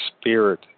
spirit